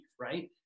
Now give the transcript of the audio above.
right